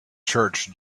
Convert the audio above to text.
church